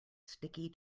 sticky